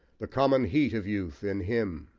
the common heat of youth, in him.